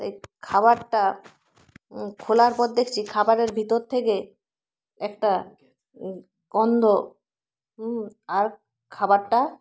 সেই খাবারটা খোলার পর দেখছি খাবারের ভিতর থেকে একটা গন্ধ হুম আর খাবারটা